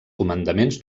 comandaments